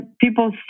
people